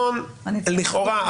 לכאורה,